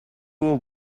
would